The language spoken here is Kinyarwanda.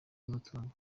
y’umutungo